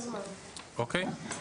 הצעת